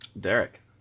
Derek